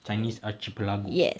chinese archipelago